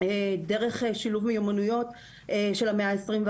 דרך שילוב מיומנויות של המאה ה-21.